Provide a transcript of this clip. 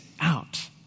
out